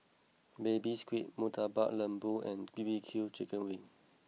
Baby Squid Murtabak Lembu and B B Q Chicken Wings